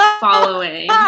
following